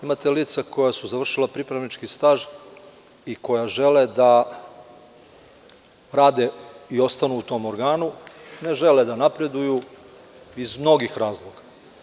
Imate lica koja su završila pripravnički staž i koja žele da rade i ostanu u tom organu, ne žele da napreduju iz mnogih razloga.